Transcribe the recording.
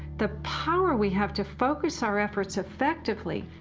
the power we have to focus our efforts effectively,